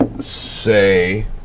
say